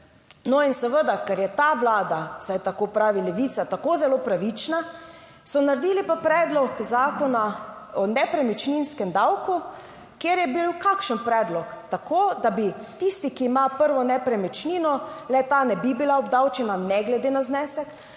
No, in seveda, ker je ta Vlada, vsaj tako pravi Levica, tako zelo pravična, so naredili pa predlog zakona o nepremičninskem davku, kjer je bil - kakšen predlog - tako, da bi tisti, ki ima prvo nepremičnino, le-ta ne bi bila obdavčena ne glede na znesek.